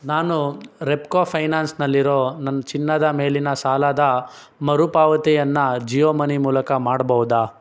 ನಾನು ರೆಪ್ಕೋ ಫೈನಾನ್ಸ್ನಲ್ಲಿರೋ ನನ್ನ ಚಿನ್ನದ ಮೇಲಿನ ಸಾಲದ ಮರುಪಾವತಿಯನ್ನು ಜಿಯೋ ಮನಿ ಮೂಲಕ ಮಾಡ್ಬೋದಾ